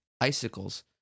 icicles